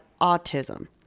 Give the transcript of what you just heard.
autism